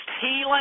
healing